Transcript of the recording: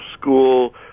school